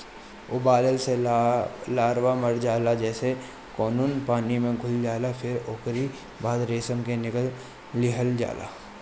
उबालला से लार्वा मर जाला जेसे कोकून पानी में घुल जाला फिर ओकरी बाद रेशम के निकाल लिहल जाला